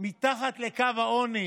מתחת לקו העוני,